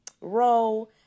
row